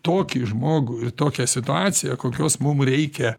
tokį žmogų ir tokią situaciją kokios mum reikia